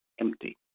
empty